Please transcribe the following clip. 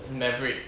maverick